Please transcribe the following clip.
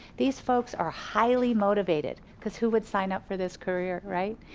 these folks are highly motivated cause who would sign up for this career, right.